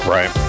Right